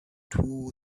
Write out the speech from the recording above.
too